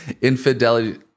infidelity